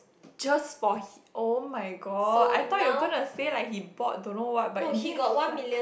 just for h~ oh-my-god I thought you gonna to say like he bought don't know what but in the end is like